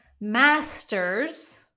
masters